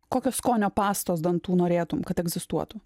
kokio skonio pastos dantų norėtum kad egzistuotų